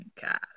Cast